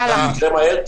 רק שזה יקרה מהר,